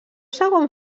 segon